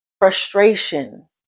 frustration